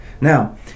Now